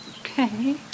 Okay